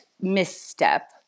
misstep